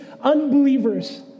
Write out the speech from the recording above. unbelievers